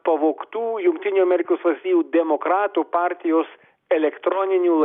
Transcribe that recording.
pavogtų jungtinių amerikos valstijų demokratų partijos elektroninių laiškų pirmąją seriją